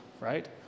right